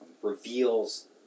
reveals